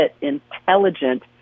intelligent